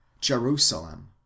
Jerusalem